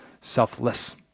selfless